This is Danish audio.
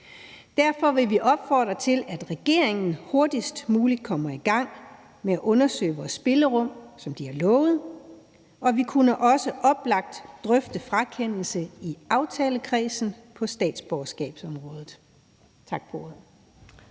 Derfor vil vi opfordre til, at regeringen hurtigst muligt kommer i gang at undersøge vores spillerum, som de har lovet, og vi kunne også oplagt drøfte frakendelse i aftalekredsen på statsborgerskabsområdet. Tak for ordet.